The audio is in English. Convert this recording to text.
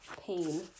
pain